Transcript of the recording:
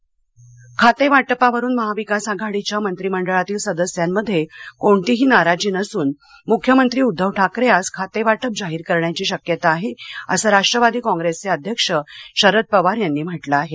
शरद पवार खातेवाटपावरून महाविकास आघाडीच्या मंत्री मंडळातील सदस्यांमध्ये कोणतीही नाराजी नसून मुख्यमंत्री उद्धव ठाकरे आज खातेवाटप जाहीर करण्याची शक्यता आहे असं राष्ट्रवादी कॉप्रेसचे अध्यक्ष शरद पवार यांनी म्हंटल आहे